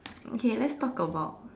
okay let's talk about